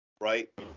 Right